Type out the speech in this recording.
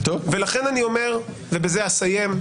ולכן אני אומר, ובזה אסיים,